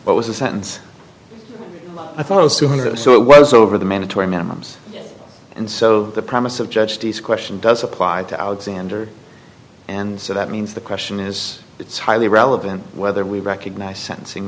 what was the sentence i thought it was two hundred or so it was over the mandatory minimums and so the promise of judge these questions does apply to alexander and so that means the question is it's highly relevant whether we recognize sen